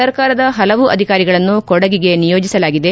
ಸರ್ಕಾರದ ಹಲವು ಅಧಿಕಾರಿಗಳನ್ನು ಕೊಡಗಿಗೆ ನಿಯೋಜಿಸಲಾಗಿದೆ